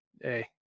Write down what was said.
hey